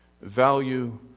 value